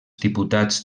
diputats